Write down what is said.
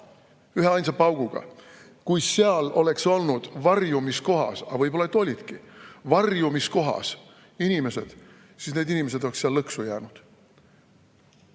üheainsa pauguga. Kui seal oleks olnud varjumiskohas – aga võib-olla olidki – inimesed, siis need inimesed oleks seal lõksu jäänud.